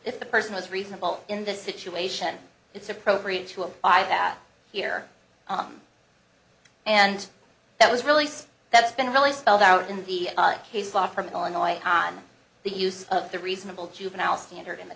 if the person was reasonable in this situation it's appropriate to a i have that here and that was released that's been really spelled out in the case law from illinois on the use of the reasonable juvenile standard in the